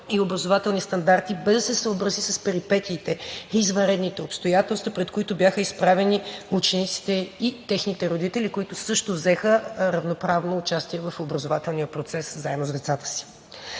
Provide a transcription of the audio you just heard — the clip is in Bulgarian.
и образователни стандарти, без да се съобрази с перипетиите и извънредните обстоятелства, пред които бяха изправени учениците и техните родители, които също взеха равноправно участие в образователния процес заедно с децата си.